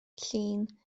llun